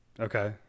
Okay